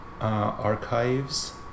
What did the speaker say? Archives